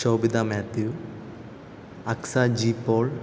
Sobhita Mathew Aksa G Paul